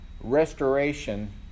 restoration